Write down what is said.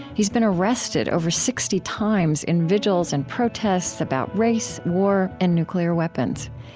he's been arrested over sixty times in vigils and protests about race, war, and nuclear weapons.